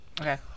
Okay